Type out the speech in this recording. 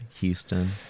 Houston